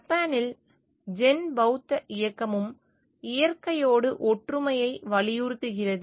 ஜப்பானில் ஜென் பௌத்த இயக்கமும் இயற்கையோடு ஒற்றுமையை வலியுறுத்துகிறது